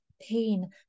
pain